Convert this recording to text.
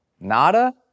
nada